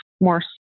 more